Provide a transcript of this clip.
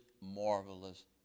marvelous